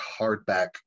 hardback